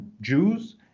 Jews